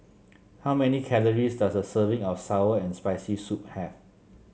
how many calories does a serving of sour and Spicy Soup have